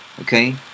Okay